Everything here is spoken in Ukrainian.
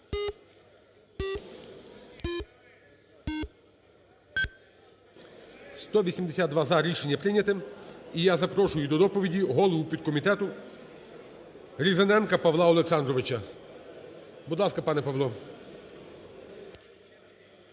За-182 Рішення прийнято. І я запрошую до доповіді голову підкомітету Різаненка Павла Олександровича. Будь ласка, пане Павло.